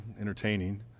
entertaining